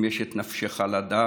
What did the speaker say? אם יש את נפשך לדעת,